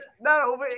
No